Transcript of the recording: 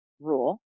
rule